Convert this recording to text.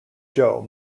joe